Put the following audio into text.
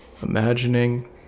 Imagining